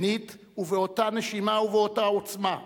שנית, ובאותה נשימה ובאותה עוצמה,